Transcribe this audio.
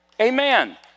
Amen